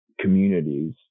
communities